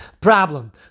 problem